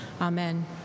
Amen